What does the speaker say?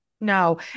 No